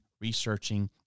researching